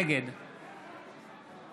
נגד